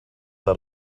that